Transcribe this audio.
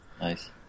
Nice